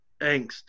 angst